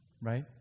right